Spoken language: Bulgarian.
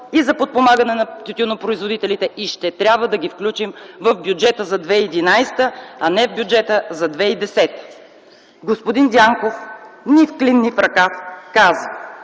и за подпомагане на тютюнопроизводителите и ще трябва да ги включим в бюджета за 2011 г., а не в бюджета за 2010 г.” Господин Дянков ни в клин, ни в ръкав казва: